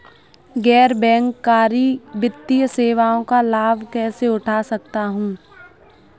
गैर बैंककारी वित्तीय सेवाओं का लाभ कैसे उठा सकता हूँ?